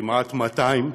כמעט 200,